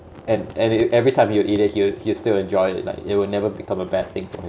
and and every time he'll eat it he he still enjoy like it will never become a bad thing for him